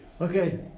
Okay